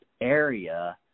area